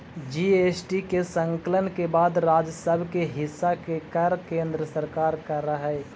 GST के संकलन के बाद राज्य सब के हिस्सा के कर केन्द्र सरकार कर हई